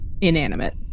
inanimate